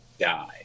Die